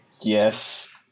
Yes